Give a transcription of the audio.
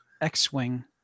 X-Wing